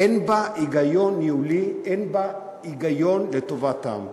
אין בה היגיון ניהולי, אין בה היגיון לטובת העם.